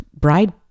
bride